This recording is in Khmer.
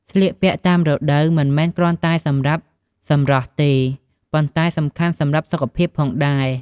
ស្លៀកពាក់តាមរដូវមិនមែនគ្រាន់តែសម្រាប់សម្រស់ទេ ប៉ុន្តែសំខាន់សម្រាប់សុខភាពផងដែរ។